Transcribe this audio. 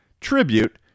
tribute